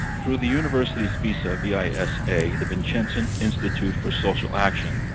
through the university's visa, v i s a, the vincentian institute for social action,